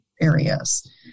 areas